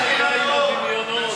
דמיונות.